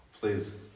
Please